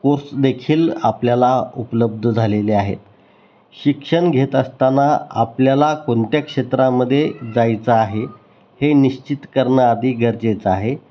कोर्सदेखील आपल्याला उपलब्ध झालेले आहेत शिक्षण घेत असताना आपल्याला कोणत्या क्षेत्रामध्ये जायचं आहे हे निश्चित करणं आधी गरजेचं आहे